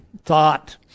thought